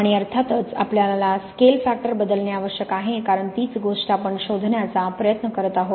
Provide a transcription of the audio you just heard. आणि अर्थातच आपल्याला स्केल फॅक्टर बदलणे आवश्यक आहे कारण तीच गोष्ट आपण शोधण्याचा प्रयत्न करीत आहोत